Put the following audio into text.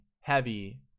heavy